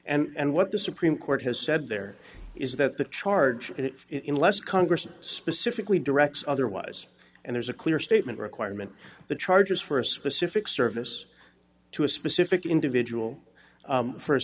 structure and what the supreme court has said there is that the charge it in less congress specifically directs otherwise and there's a clear statement requirement the charges for a specific service to a specific individual for a